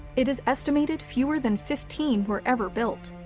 it is estimated fewer than fifteen were ever built.